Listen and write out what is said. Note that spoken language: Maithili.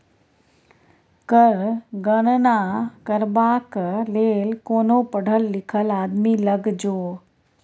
कर गणना करबाक लेल कोनो पढ़ल लिखल आदमी लग जो